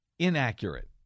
Inaccurate